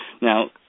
Now